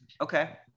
Okay